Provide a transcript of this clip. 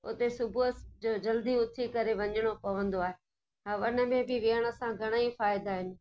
हुते सुबुह जो जल्दी उथी करे वञिणो पवंदो आहे हवन में बि विहण सां घणेई फ़ाइदा आहिनि